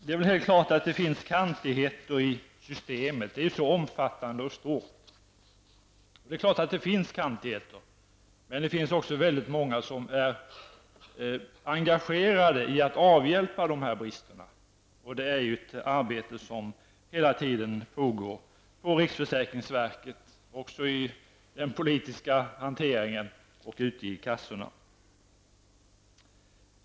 Det är helt klart att det finns kantigheter i ett system som är så omfattande som detta är. Men å andra sidan är väldigt många människor engagerade i arbetet med att avhjälpa de brister som finns -- ett arbete som pågår hela tiden hos riksförsäkringsverket, i politiken och hos försäkringskassorna.